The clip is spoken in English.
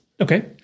okay